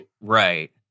Right